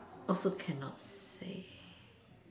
also cannot say